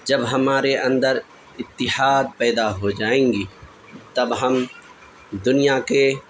جب ہمارے اندر اتحاد پیدا ہو جائیں گی تب ہم دنیا کے